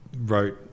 wrote